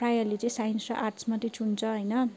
प्रायःले चाहिँ साइन्स र आर्ट्स मात्रै चुन्छ होइन